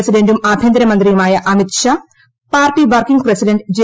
പ്രസിഡന്റും ആഭ്യന്തരമന്ത്രിയുമായ Amit Shah party working president J